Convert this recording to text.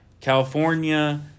California